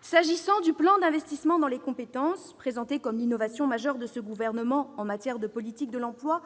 S'agissant du plan d'investissement dans les compétences, présenté comme l'innovation majeure de ce gouvernement en matière de politique de l'emploi,